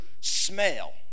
smell